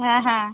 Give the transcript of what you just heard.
হ্যাঁ হ্যাঁ